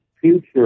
future